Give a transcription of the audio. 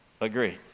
Agree